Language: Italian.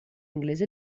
inglese